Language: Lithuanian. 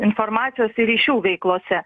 informacijos ir ryšių veiklose